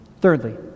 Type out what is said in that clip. Thirdly